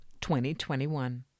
2021